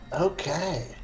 Okay